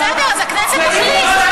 בסדר, אז הכנסת תחליט.